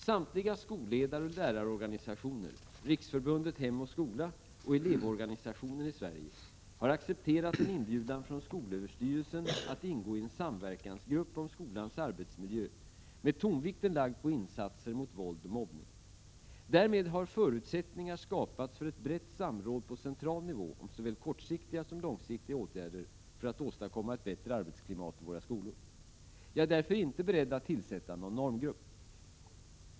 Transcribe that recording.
Samtliga skolledaroch lärarorganisationer, Riksförbundet Hem och skola samt Elevorganisationen i Sverige har accepterat en inbjudan från skolöverstyrelsen, SÖ, att ingå i en samverkansgrupp om skolans arbetsmiljö med tonvikten lagd på insatser mot våld och mobbning. Därmed har förutsättningar skapats för ett brett samråd på central nivå om såväl kortsiktiga som långsiktiga åtgärder för att åstadkomma ett bättre arbetsklimat i våra skolor. Jag är därför inte beredd att tillsätta någon normgrupp.